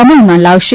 અમલમાં લાવશે